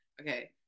Okay